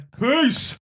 Peace